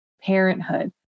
parenthood